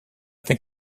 think